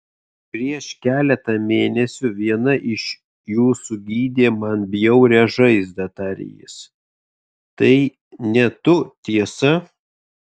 prieš keletą mėnesių viena iš jūsų gydė man bjaurią žaizdą tarė jis tai ne tu tiesa